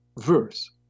verse